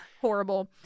Horrible